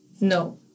No